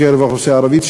מקרב האוכלוסייה הערבית,